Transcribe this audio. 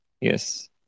Yes